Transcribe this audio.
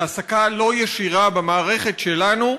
את ההעסקה הלא-ישירה במערכת שלנו,